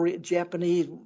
Japanese